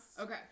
okay